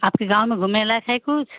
आपके गाँव में घूमने लायक़ है कुछ